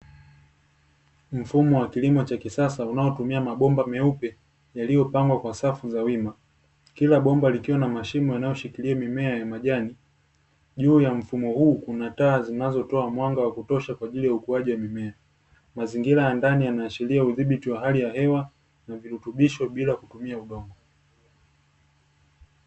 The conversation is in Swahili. Mfumo wa kilimo cha kisasa unaotumia mabomba meupe yaliyopangwa kwa safu za wima, kila bomba likiwa na mashimo yanayoshikilia mimea ya majani, juu ya mfumo huu kuna taa zinazotoa mwanga wa kutosha kwa ajili ya ukuaji ya mimea, mazingira ya ndani yanaashiria udhibiti wa hali ya hewa na virutubisho bila kutumia udongo.